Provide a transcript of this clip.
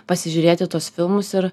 pasižiūrėti tuos filmus ir